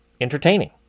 entertaining